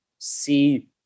see